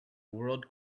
world